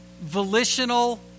volitional